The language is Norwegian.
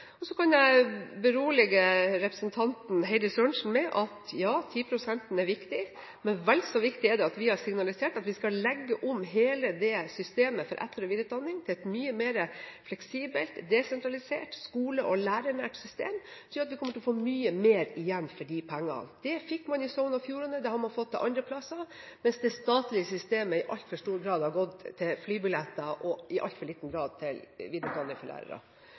at vi har signalisert at vi skal legge om hele systemet for etter- og videreutdanning til et mye mer fleksibelt, desentralisert skole- og lærernært system, noe som gjør at vi kommer til å få mye mer igjen for de pengene. Det fikk man i Sogn og Fjordane, og det har man fått til andre plasser, mens det statlige systemet i altfor stor grad har gått til flybilletter og i altfor liten grad til videreutdanning for lærere.